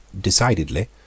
Decidedly